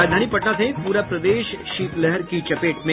और राजधानी पटना सहित प्ररा प्रदेश शीतलहर की चपेट में